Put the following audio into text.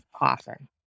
often